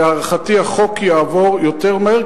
לדעתי החוק יעבור יותר מהר,